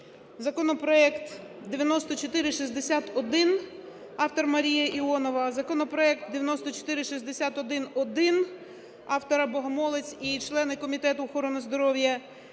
законопроект 9461 (автор – МаріяІонова), законопроект 9461-1 (автори – Богомолець і члени Комітету охорони здоров'я)